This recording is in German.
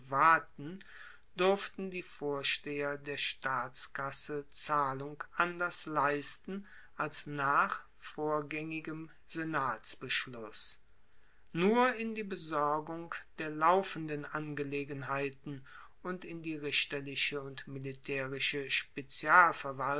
durften die vorsteher der staatskasse zahlung anders leisten als nach vorgaengigem senatsbeschluss nur in die besorgung der laufenden angelegenheiten und in die richterliche und militaerische